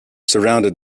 surrounded